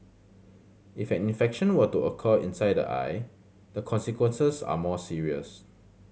if an infection were to occur inside the eye the consequences are more serious